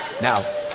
Now